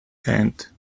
hand